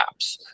apps